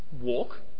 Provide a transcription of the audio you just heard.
Walk